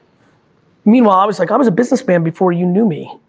meanwhile, i was like, i was a businessman before you knew me,